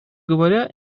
говоря